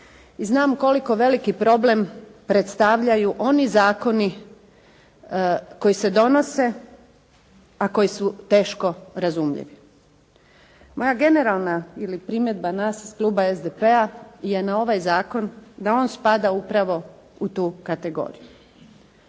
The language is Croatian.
i znam koliko veliki problem predstavljaju oni zakoni koji se donose, a koji su teško razumljivi. Moja generalna ili primjedba nas iz kluba SDP-a je na ovaj zakon da on spada upravo u tu kategoriju.